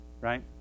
right